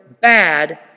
bad